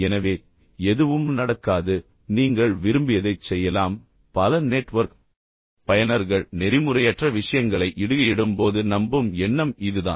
எனவே எதுவும் நடக்காது நீங்கள் விரும்பியதைச் செய்யலாம் பல நெட்வொர்க் பயனர்கள் நெறிமுறையற்ற விஷயங்களை இடுகையிடும்போது நம்பும் எண்ணம் இதுதான்